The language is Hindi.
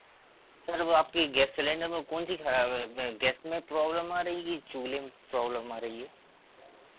सर वो आपकी गैस सिलेंडर में कौन सी खराब है मैं गैस में प्रॉबलम आ रही है कि चूल्हे में प्रॉबलम आ रही है